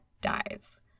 dies